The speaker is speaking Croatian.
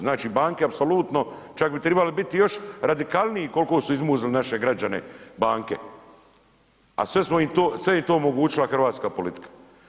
Znači banke apsolutno čak bi tribale biti još radikalniji koliko su izmuzli naše građane banke, sve im je to omogućila hrvatska politika.